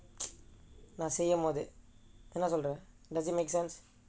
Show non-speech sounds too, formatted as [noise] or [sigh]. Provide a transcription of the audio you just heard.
[noise] நான் செய்யும் போது என்ன சொல்றேன்:naan seiyumpothu enna solraen doesn't make sense